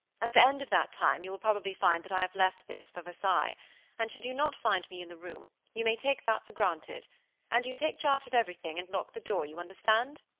at the end of that time you will probably find that i have left this for versailles and should you not find me in the room, you may take that for granted and you take charge of everything, and lock the door, you understand?